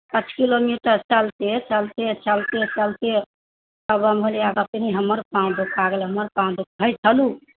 पाँच किलोमीटर चलते चलते चलते चलते बम भोलिआ कहलखिन कि हमर पांव दुखा गेल हमर पांव हइ चलू